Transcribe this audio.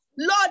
Lord